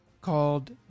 called